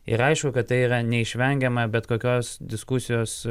ir aišku kad tai yra neišvengiama bet kokios diskusijos